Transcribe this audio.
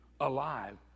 alive